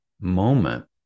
moment